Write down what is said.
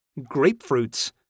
grapefruits